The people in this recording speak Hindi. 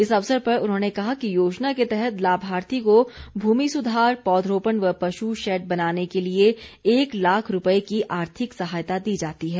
इस अवसर पर उन्होंने कहा कि योजना के तहत लाभार्थी को भूमि सुधार पौधरोपण व पशु शैड बनाने के लिए एक लाख रूपये की आर्थिक सहायता दी जाती है